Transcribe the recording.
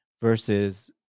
versus